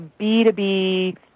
B2B